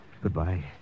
goodbye